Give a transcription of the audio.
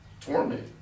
Torment